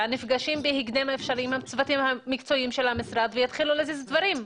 נפגשים בהקדם האפשרי עם הצוותים המקצועיים של המשרד ויתחילו להזיז דברים.